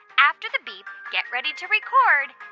after the beep, get ready to record